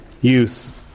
Youth